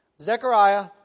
Zechariah